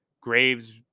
Graves